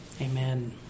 Amen